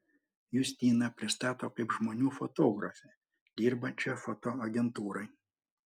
justiną pristato kaip žmonių fotografę dirbančią fotoagentūrai